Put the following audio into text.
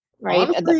right